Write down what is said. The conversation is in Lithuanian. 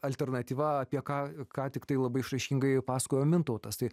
alternatyva apie ką ką tiktai labai išraiškingai pasakojo mintautas tai